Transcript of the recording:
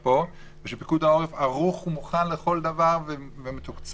ופיקוד העורף ערוך ומוכן לכל דבר ומתוקצב,